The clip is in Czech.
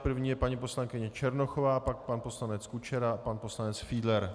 První je paní poslankyně Černochová, pak pan poslanec Kučera a pan poslanec Fiedler.